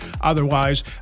Otherwise